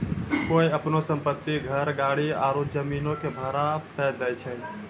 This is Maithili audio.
कोय अपनो सम्पति, घर, गाड़ी आरु जमीनो के भाड़ा पे दै छै?